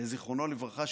זיכרונו לברכה,